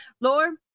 lord